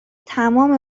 تمام